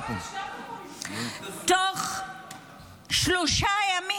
בתוך שלושה ימים,